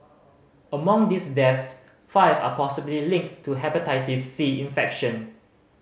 among these depths five are possibly linked to Hepatitis C infection